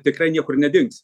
tikrai niekur nedings